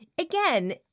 again